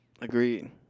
Agreed